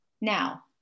now